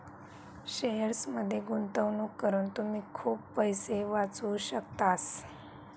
शेअर्समध्ये गुंतवणूक करून तुम्ही खूप पैसे वाचवू शकतास